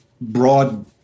broad